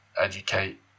educate